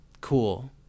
Cool